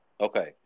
Okay